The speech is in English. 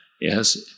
yes